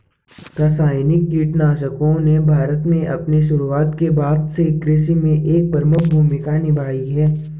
रासायनिक कीटनाशकों ने भारत में अपनी शुरूआत के बाद से कृषि में एक प्रमुख भूमिका निभाई है